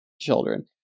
children